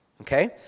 Okay